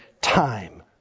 time